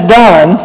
done